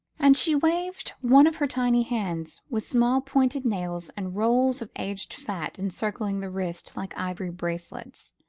and she waved one of her tiny hands, with small pointed nails and rolls of aged fat encircling the wrist like ivory bracelets.